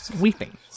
weeping